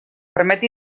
permet